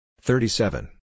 thirty-seven